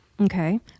Okay